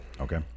Okay